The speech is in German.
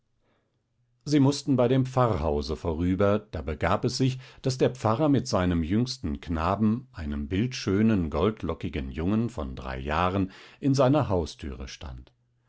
sie mußten bei dem pfarrhause vorüber da begab es sich daß der pfarrer mit seinem jüngsten knaben einem bildschönen goldlockigen jungen von drei jahren in seiner haustüre stand